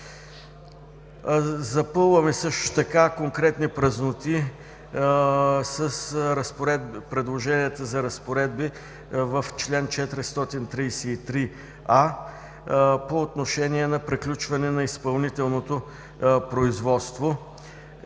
Запълваме също така конкретни празноти с предложенията за разпоредби в чл. 433а по отношение на приключване на изпълнителното производство